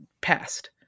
passed